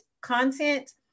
content